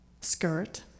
skirt